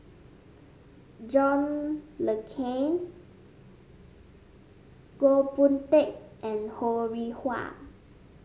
John Le Cain Goh Boon Teck and Ho Rih Hwa